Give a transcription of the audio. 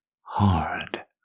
hard